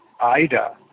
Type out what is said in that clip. Ida